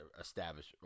establish